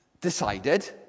decided